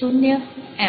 0 M